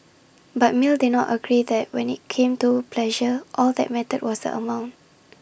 but mill did not agree that when IT came to pleasure all that mattered was amount